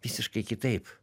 visiškai kitaip